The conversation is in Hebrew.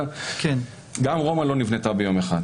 גם רומא לא נבנתה ביום אחד.